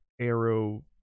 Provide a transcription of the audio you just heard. arrow